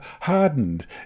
hardened